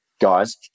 guys